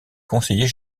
conseiller